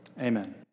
amen